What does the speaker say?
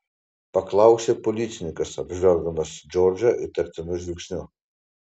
paklausė policininkas apžvelgdamas džordžą įtartinu žvilgsniu